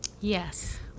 Yes